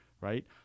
right